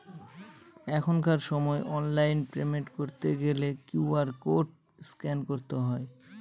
এখনকার সময় online payment করতে গেলে কিউ.আর কোড স্ক্যান করতে হয়